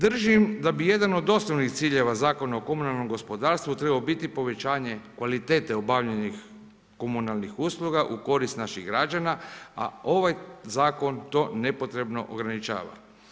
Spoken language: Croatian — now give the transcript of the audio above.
Držim da bi jedan od osnovnih ciljeva Zakona o komunalnom gospodarstvu trebao biti povećanje kvalitete obavljenih komunalnih usluga u korist naših građana, a ovaj zakon to nepotrebno ograničava.